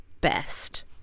best